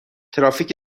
ترافیک